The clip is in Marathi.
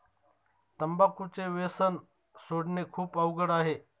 तंबाखूचे व्यसन सोडणे खूप अवघड आहे